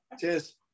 Cheers